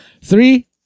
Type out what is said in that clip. three